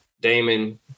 Damon